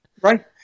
right